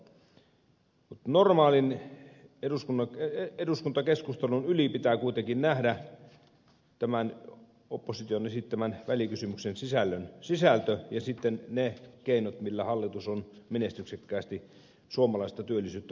mutta normaalin eduskuntakeskustelun yli pitää kuitenkin nähdä tämän opposition esittämän välikysymyksen sisältö ja ne keinot millä hallitus on menestyksekkääsi suomalaista työllisyyttä puolustanut